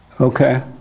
okay